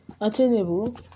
attainable